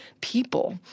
people